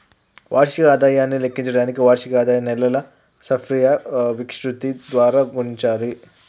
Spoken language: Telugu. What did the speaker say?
వార్షిక ఆదాయాన్ని లెక్కించడానికి వార్షిక ఆదాయాన్ని నెలల సర్ఫియా విశృప్తి ద్వారా గుణించాలి